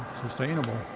sustainable.